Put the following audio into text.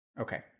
Okay